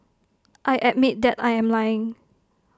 I admit that I am lying